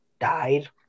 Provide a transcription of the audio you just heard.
died